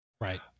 Right